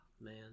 man